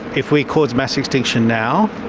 if we cause mass extinction now,